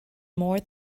more